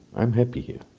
i am happy here.